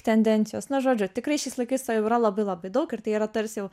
tendencijos na žodžiu tikrai šiais laikais to jau yra labai labai daug ir tai yra tarsi jau